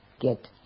get